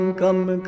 come